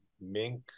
mink